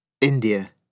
India